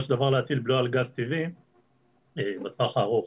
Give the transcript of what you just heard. של דבר להטיל בלו על גז טבעי בטווח הארוך.